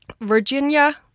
Virginia